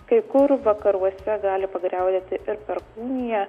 kai kur vakaruose gali pagriaudėti ir perkūnija